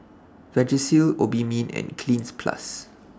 Vagisil Obimin and Cleanz Plus